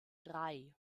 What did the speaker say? drei